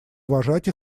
уважать